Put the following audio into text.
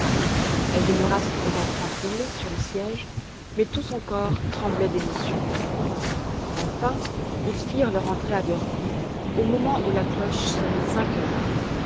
elle demeura cependant tranquille sur le siège mais tout son corps tremblait d'émotion enfin ils firent leur entrée à drfli au moment où la cloche sonnait cinq heures